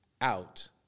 out